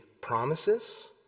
promises